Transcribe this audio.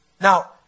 Now